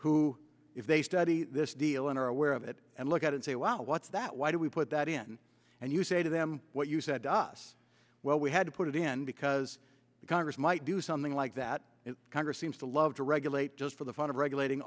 who if they study this deal and are aware of it and look at and say well what's that why do we put that in and you say to them what you said to us well we had to put it in because the congress might do something like that in congress seems to love to regulate just for the fun of regulating